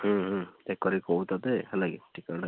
ହୁଁ ହୁଁ ଚେକ୍ କରିକି କହୁଛି ତୋତେ ହେଲାକି ଟିକେଟ୍